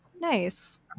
Nice